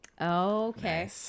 okay